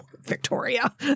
Victoria